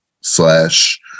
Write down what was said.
slash